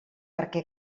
perquè